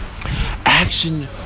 Action